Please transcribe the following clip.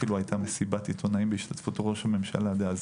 אפילו הייתה מסיבת עיתונאים בהשתתפות ראש הממשלה דאז,